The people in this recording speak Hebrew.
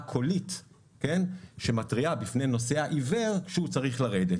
קולית שמתריעה בפני נוסע עיוור שהוא צריך לרדת.